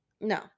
No